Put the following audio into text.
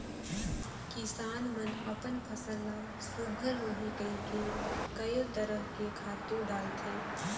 किसान मन अपन फसल ल सुग्घर होही कहिके कयो तरह के खातू डालथे